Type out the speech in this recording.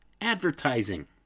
advertising